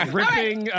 Ripping